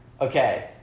Okay